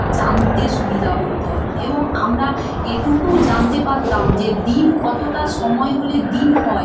জানতে সুবিধা করতো এবং আমরা এটুকু জানতে পারতাম যে দিন কতোটা সময় হলে দিন হয়